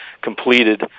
completed